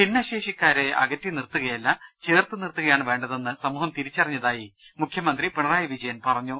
ഭിന്നശേഷിക്കാരെ അകറ്റി നിർത്തുകയല്ല ചേർത്തു നിർത്തുക യാണ് വേണ്ടതെന്ന് സമൂഹം തിരിച്ചറിഞ്ഞതായി മുഖ്യമന്ത്രി പിണറായി വിജയൻ പറഞ്ഞു